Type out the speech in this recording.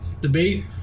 debate